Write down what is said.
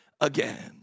again